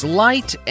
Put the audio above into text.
light